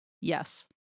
yes